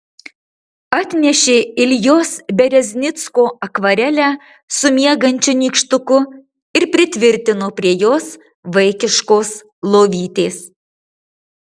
atnešė iljos bereznicko akvarelę su miegančiu nykštuku ir pritvirtino prie jos vaikiškos lovytės